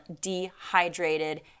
dehydrated